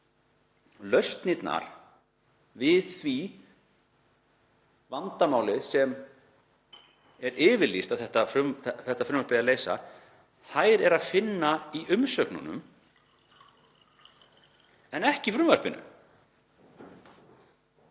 Lausnirnar á því vandamáli sem er yfirlýst að þetta frumvarp eigi að leysa er að finna í umsögnunum en ekki í frumvarpinu.